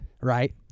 Right